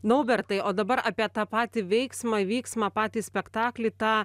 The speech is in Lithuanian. naubertai o dabar apie tą patį veiksmą vyksmą patį spektaklį tą